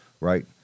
right